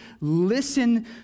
listen